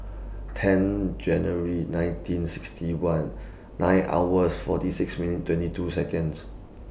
ten January nineteen sixty one nine hours forty six minute twenty two Seconds